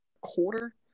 quarter